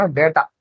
data